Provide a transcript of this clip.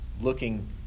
looking